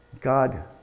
God